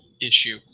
issue